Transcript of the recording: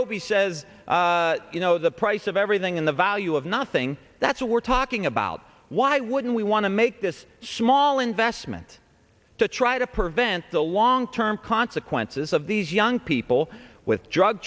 robey says you know the price of everything in the value of nothing that's what we're talking about why wouldn't we want to make this small investment to try to prevent the long term consequences of these young people with drug